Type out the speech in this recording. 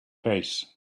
pace